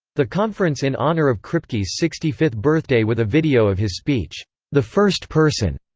the conference in honor of kripke's sixty-fifth birthday with a video of his speech the first person,